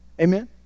Amen